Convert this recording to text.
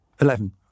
Eleven